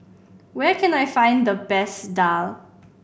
where can I find the best daal